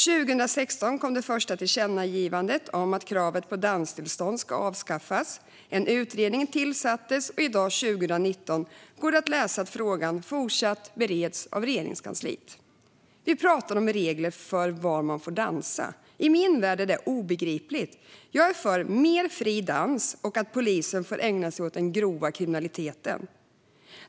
År 2016 kom det första tillkännagivandet om att avskaffa kravet på danstillstånd, en utredning tillsattes och i dag, 2019, går det att läsa att frågan fortfarande bereds av Regeringskansliet. Vi pratar om regler för var man får dansa. I min värld är detta obegripligt. Jag är för mer fri dans och att polisen får ägna sig åt den grova kriminaliteten.